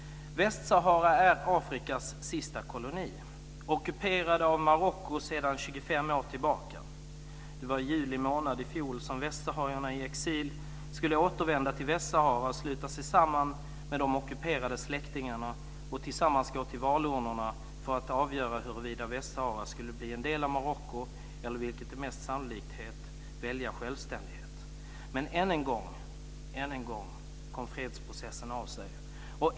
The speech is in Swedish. Västsahara är Afrikas sista koloni. Landet är ockuperat av Marocko sedan 25 år tillbaka. Det var i juli månad i fjol som västsaharierna i exil skulle återvända till Västsahara och sluta sig samman med de ockuperade släktingarna och tillsammans gå till valurnorna för att avgöra huruvida Västsahara skulle bli en del av Marocko eller, vilket är mest sannolikt, välja självständighet. Men än en gång kom fredsprocessen av sig.